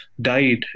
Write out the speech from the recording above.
died